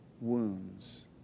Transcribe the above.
wounds